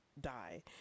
die